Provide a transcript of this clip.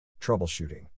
Troubleshooting